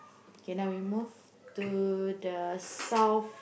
kay now you move to the south